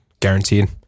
Guaranteed